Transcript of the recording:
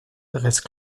reste